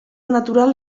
natural